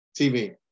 TV